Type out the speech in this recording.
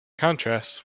contrast